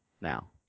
now